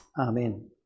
Amen